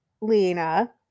Lena